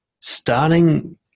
starting